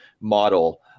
model